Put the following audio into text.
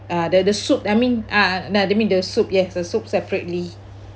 uh the the soup I mean uh the the mean the soup yes the soup separately